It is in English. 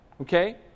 Okay